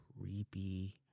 creepy